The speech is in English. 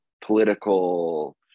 political